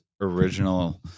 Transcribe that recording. original